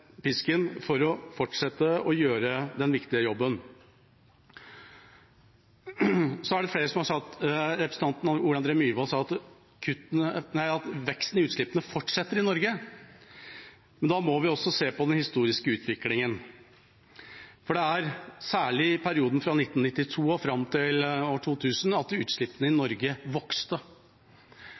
pisken for å fortsette å gjøre den viktige jobben. Representanten Ole André Myhrvold sa at veksten i utslippene i Norge fortsetter. Da må vi se på den historiske utviklingen. Det var særlig i perioden fra 1992 og fram til 2000 at utslippene i Norge vokste.